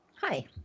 Hi